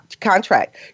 contract